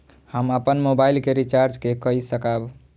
हम अपन मोबाइल के रिचार्ज के कई सकाब?